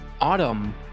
Autumn